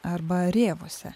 arba rėvose